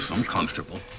i'm comfortable.